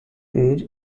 age